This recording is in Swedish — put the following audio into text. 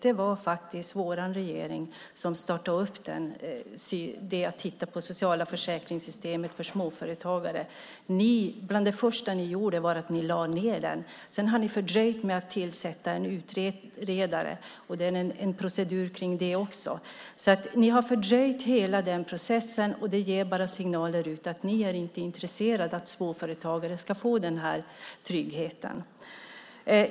Det var vår regering som startade översynen av det sociala försäkringssystemet för småföretagare. Bland det första ni gjorde var att lägga ned den översynen. Sedan har ni fördröjt tillsättandet av en utredare. Det är en procedur kring det också. Ni har fördröjt hela processen, och det ger signalen att ni inte är intresserade av att småföretagare ska få den tryggheten.